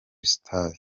stars